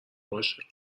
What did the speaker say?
باشه